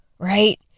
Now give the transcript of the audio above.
right